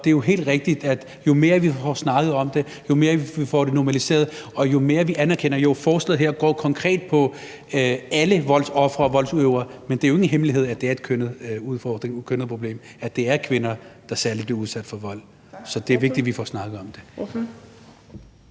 det er helt rigtigt, at jo mere, vi får snakket om det, jo mere, vi får normaliseret at snakke om det, og jo mere, vi anerkender det som et problem, jo bedre. Forslaget går konkret på alle voldsofre og voldsudøvere, men det er jo ingen hemmelighed, at det er et kønnet problem, altså at det særlig er kvinder, der bliver udsat for vold. Så det er vigtigt, at vi får snakket om det.